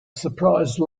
surprise